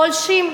פולשים,